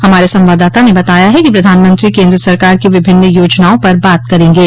हमारे संवाददाता ने बताया है कि प्रधानमंत्री केन्द्र सरकार की विभिन्न योजनाओं पर बात करेंगे